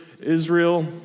Israel